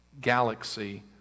galaxy